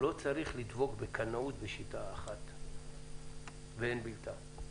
לא צריך לדבוק בקנאות בשיטה אחת שאין בילתה,